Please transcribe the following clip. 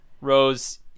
Rose